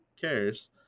cares